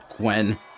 Gwen